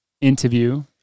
interview